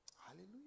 Hallelujah